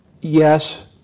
Yes